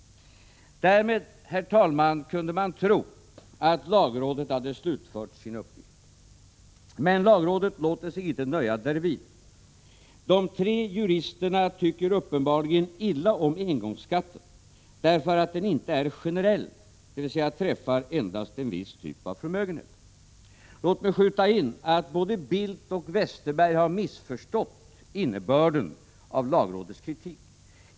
Därmed, herr talman, kunde man tro att lagrådet hade slutfört sin uppgift. Men lagrådet låter sig inte nöja därvid. De tre juristerna tycker uppenbarligeniilla om engångsskatten, därför att den inte är generell utan träffar endast en viss typ av förmögenheter. Låt mig här skjuta in att både Bildt och Westerberg har missförstått innebörden av lagrådets kritik.